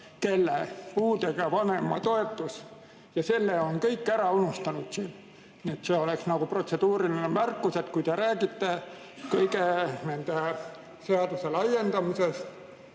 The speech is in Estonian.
puudega vanema toetus. Selle on kõik ära unustanud. See oleks nagu protseduuriline märkus. Kui te räägite kõigi nende seaduste laiendamisest,